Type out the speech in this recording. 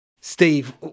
Steve